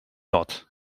not